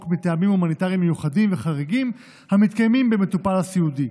מטעמים הומניטריים מיוחדים וחריגים המתקיימים במטופל הסיעודי.